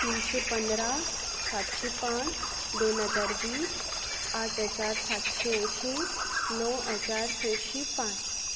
तिनशे पंदरा सातशे पांच दोन हजार वीस आठ हजार सातशे अंयशीं णव हजार सयशीं पांच